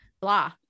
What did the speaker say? blah